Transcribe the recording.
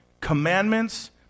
commandments